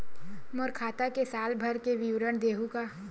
मोर खाता के साल भर के विवरण देहू का?